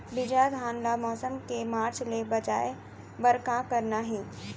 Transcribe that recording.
बिजहा धान ला मौसम के मार्च ले बचाए बर का करना है?